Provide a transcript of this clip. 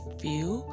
feel